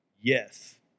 yes